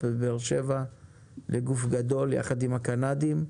בבאר שבע לגוף גדול יחד עם הקנדים,